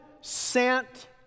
sent